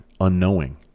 unknowing